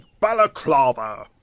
balaclava